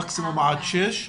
מקסימום עד שש?